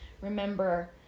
remember